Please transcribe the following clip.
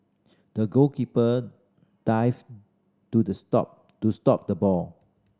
the goalkeeper dived to the stop to stop the ball